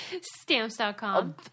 Stamps.com